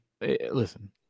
Listen